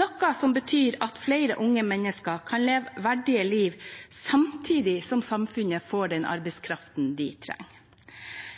noe som betyr at flere unge mennesker kan leve verdige liv samtidig som samfunnet får den arbeidskraften man trenger.